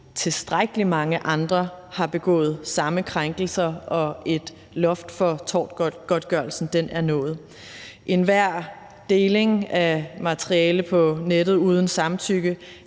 tilstrækkelig mange andre har begået samme krænkelser og et loft for tortgodtgørelsen er nået. Enhver deling af materiale på nettet uden samtykke